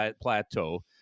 plateau